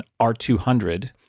R200